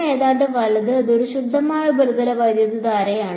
0 ഏതാണ്ട് വലത് ഇത് ഒരു ശുദ്ധമായ ഉപരിതല വൈദ്യുതധാരയാണ്